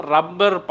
Rubber